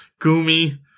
Gumi